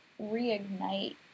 reignite